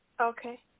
Okay